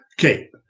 okay